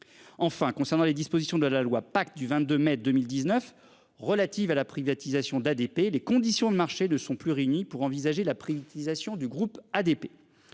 Enfin concernant les dispositions de la loi pacte du 22 mai 2019 relatives à la privatisation d'ADP, les conditions de marché de sont plus réunies pour envisager la privatisation du groupe ADP.